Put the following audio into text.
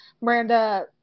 Miranda